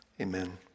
Amen